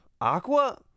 Aqua